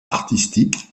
artistique